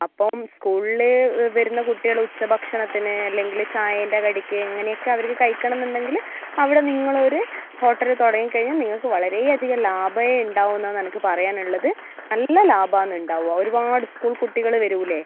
അപ്പം സ്കൂളിൽ വരുന്ന കുട്ടികൾ ഉച്ച ഭക്ഷണത്തിന് അല്ലെങ്കിൽ ചായൻ്റെ കടിക്ക് അങ്ങനെ ഒക്കെ അവർക്ക് കഴിക്കണം എന്നുണ്ടെങ്കിൽ അവിടെ നിങ്ങൾ ഒരു ഹോട്ടല് തുടങ്ങി കഴിഞ്ഞാൽ നിങ്ങൾക്ക് വളരേ അധികം ലാഭമേ ഉണ്ടാവൂ എന്നാണ് എനിക്ക് പറയാനുള്ളത് നല്ല ലാഭം ആണ് ഉണ്ടാവുക ഒരുപാട് സ്കൂൾ കുട്ടികൾ വരില്ലേ